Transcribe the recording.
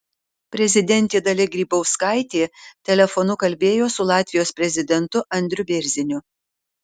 prezidentė dalia grybauskaitė telefonu kalbėjo su latvijos prezidentu andriu bėrziniu